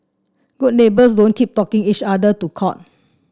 good neighbours don't keep taking each other to court